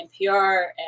NPR